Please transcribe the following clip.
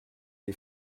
les